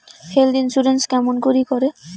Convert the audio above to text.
Health insurance কেমন করি করে?